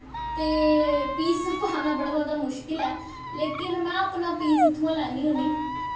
ते पीस पर आना बड़ा जादा मुश्किल ऐ लेकिन में अपना पीस इत्थुआं दा लैन्नी होन्नी